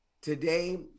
today